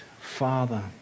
father